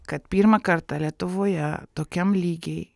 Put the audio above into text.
kad pirmą kartą lietuvoje tokiam lygy